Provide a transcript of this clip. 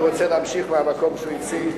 ואני רוצה להמשיך מהמקום שבו הוא הפסיק,